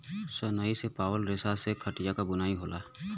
सनई से पावल रेसा से खटिया क बुनाई होला